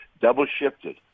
double-shifted